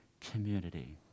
community